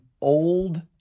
old